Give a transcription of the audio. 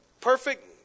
perfect